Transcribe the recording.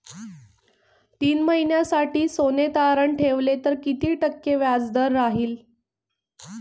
तीन महिन्यासाठी सोने तारण ठेवले तर किती टक्के व्याजदर राहिल?